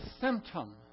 symptom